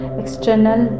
external